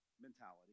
mentality